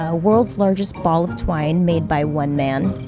ah world's largest ball of twine made by one man.